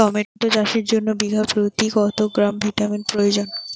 Tomato চাষের জন্য বিঘা প্রতি কত গ্রাম ভিটামিন প্রয়োজন?